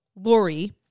Lori